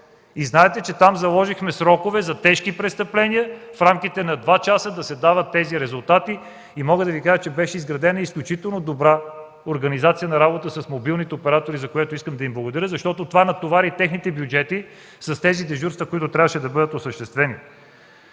работи. Заложихме срокове – за тежки престъпления в рамките на два часа да се дават резултати. Мога да кажа, че беше изградена изключително добра организация за работа с мобилните оператори, за което искам да им благодаря. Това натовари бюджетите им с дежурства, които трябва да бъдат осъществявани.